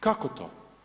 Kako to?